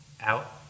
out